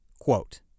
Quote